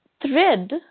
thread